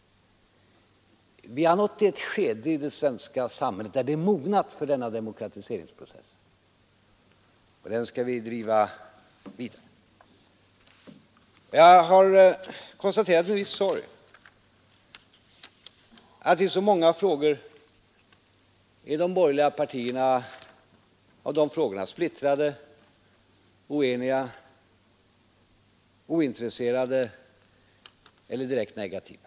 Vi har nått det skede i det svenska samhället då det Torsdagen den har mognat för denna demokratiseringsprocess, och den skall vi driva 24 maj 1973 Jag har konstaterat till min sorg att de borgerliga partierna i så många Nn av dessa frågor är splittrade, oeniga, ointresserade eller direkt negativa.